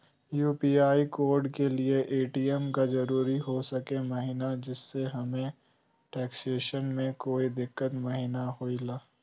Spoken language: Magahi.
यू.पी.आई कोड के लिए ए.टी.एम का जरूरी हो सके महिना जिससे हमें ट्रांजैक्शन में कोई दिक्कत महिना हुई ला?